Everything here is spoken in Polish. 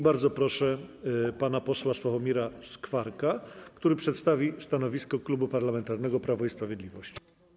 Bardzo proszę pana posła Sławomira Skwarka, który przedstawi stanowisko Klubu Parlamentarnego Prawo i Sprawiedliwość.